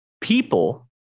people